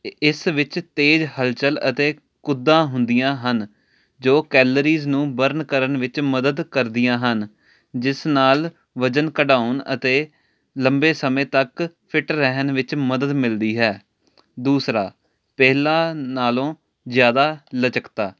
ਇਸ ਵਿੱਚ ਤੇਜ਼ ਹਲਚਲ ਅਤੇ ਕੁੱਦਾ ਹੁੰਦੀਆਂ ਹਨ ਜੋ ਕੈਲਰੀਜ ਨੂੰ ਬਰਨ ਕਰਨ ਵਿੱਚ ਮਦਦ ਕਰਦੀਆਂ ਹਨ ਜਿਸ ਨਾਲ ਵਜ਼ਨ ਕਢਾਉਣ ਅਤੇ ਲੰਬੇ ਸਮੇਂ ਤੱਕ ਫਿਟ ਰਹਿਣ ਵਿੱਚ ਮਦਦ ਮਿਲਦੀ ਹੈ ਦੂਸਰਾ ਪਹਿਲਾ ਨਾਲੋਂ ਜ਼ਿਆਦਾ ਲਚਕਤਾ